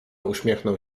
uśmiechnął